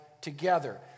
together